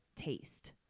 taste